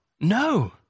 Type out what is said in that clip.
No